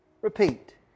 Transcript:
repeat